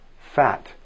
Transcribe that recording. Fat